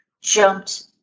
jumped